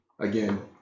Again